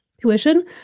tuition